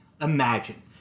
imagine